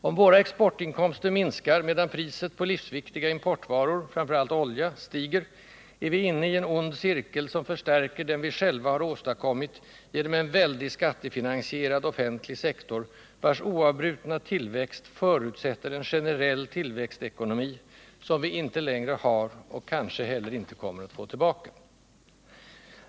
Om våra exportinkoms Allmänpolitisk ter minskar, medan priset på livsviktiga importvaror — framför allt olja — debatt stiger, är vi inne i en ond cirkel, som förstärker den vi själva har åstadkommit genom en väldig, skattefinansierad offentlig sektor, vars oavbrutna tillväxt förutsätter en generell tillväxtekonomi, som vi inte längre har och kanske inte heller kommer att få tillbaka.